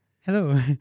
Hello